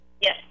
Yes